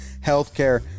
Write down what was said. healthcare